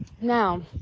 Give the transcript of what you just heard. Now